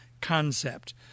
concept